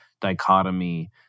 dichotomy